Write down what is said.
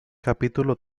capítulo